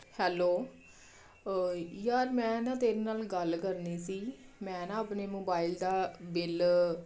hello ਯਾਰ ਮੈਂ ਨਾ ਤੇਰੇ ਨਾਲ ਗੱਲ ਕਰਨੀ ਸੀ ਮੈਂ ਨਾ ਆਪਣੇ ਮੋਬਾਈਲ ਦਾ ਬਿੱਲ